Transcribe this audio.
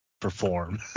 perform